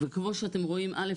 וכמו שאתם רואים א.